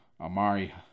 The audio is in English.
Amari